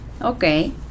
Okay